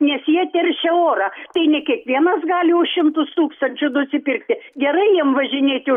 nes jie teršia orą tai ne kiekvienas gali už šimtus tūkstančių nusipirkti gerai jiem važinėti